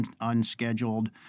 unscheduled